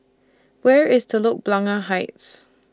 Where IS Telok Blangah Heights